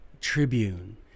Tribune